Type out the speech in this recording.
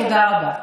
תודה רבה.